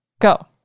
Go